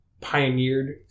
pioneered